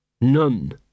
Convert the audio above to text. None